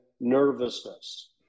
nervousness